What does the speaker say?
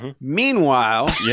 Meanwhile